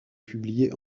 publié